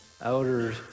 outer